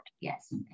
Yes